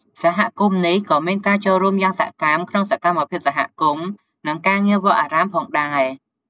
សហគមន៍នេះក៏មានការចូលរួមយ៉ាងសកម្មក្នុងសកម្មភាពសហគមន៍ និងការងារវត្តអារាមផងដែរ។